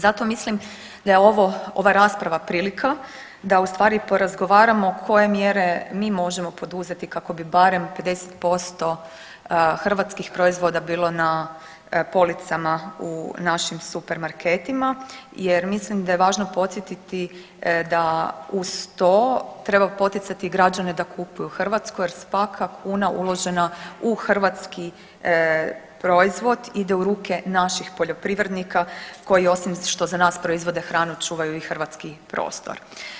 Zato mislim da je ova rasprava prilika da ustvari porazgovaramo koje mjere mi možemo poduzeti kako bi barem 50% hrvatskih proizvoda bilo na policama u našim supermarketima jer mislim da je važno podsjetiti da uz to treba poticati građane da kupuju hrvatsko jer svaka kuna uložena u hrvatski proizvod ide u ruke naših poljoprivrednika koji osim što za nas proizvode hranu, čuvaju i hrvatski prostor.